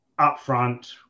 upfront